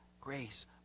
grace